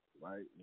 right